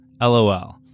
LOL